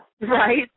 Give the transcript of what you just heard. Right